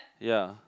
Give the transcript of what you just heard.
ya